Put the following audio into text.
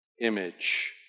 Image